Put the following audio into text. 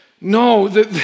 No